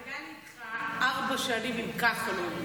היו לי איתך ארבע שנים עם כחלון,